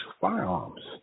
firearms